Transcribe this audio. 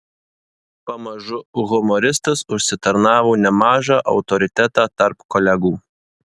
pamažu humoristas užsitarnavo nemažą autoritetą tarp kolegų